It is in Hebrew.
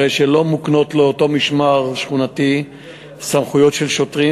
הרי שלא מוקנות לאותו משמר שכונתי סמכויות של שוטרים,